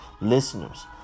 listeners